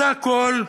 זה הכול?